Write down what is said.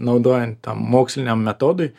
naudojan tam moksliniam metodui